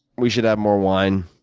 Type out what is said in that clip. we should have more wine.